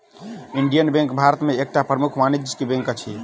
Indian bank Bharat में एकटा प्रमुख वाणिज्य बैंक अछि